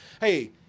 hey